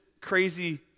crazy